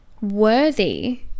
worthy